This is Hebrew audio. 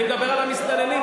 אני מדבר על המסתננים,